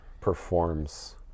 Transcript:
performs